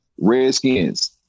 Redskins